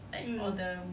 mm